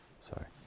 Sorry